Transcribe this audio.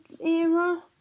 era